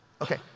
Okay